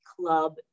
club